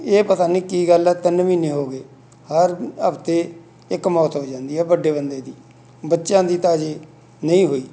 ਇਹ ਪਤਾ ਨਹੀਂ ਕੀ ਗੱਲ ਹੈ ਤਿੰਨ ਮਹੀਨੇ ਹੋ ਗਏ ਹਰ ਹਫ਼ਤੇ ਇੱਕ ਮੌਤ ਹੋ ਜਾਂਦੀ ਹੈ ਵੱਡੇ ਬੰਦੇ ਦੀ ਬੱਚਿਆਂ ਦੀ ਤਾਂ ਹਜੇ ਨਹੀਂ ਹੋਈ